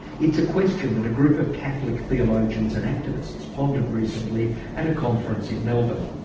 it's a question that a group of catholic theologians and activists pondered recently at a conference in melbourne.